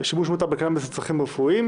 שימוש מותר בקנביס לצרכים רפואיים,